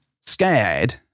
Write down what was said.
scared